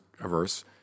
averse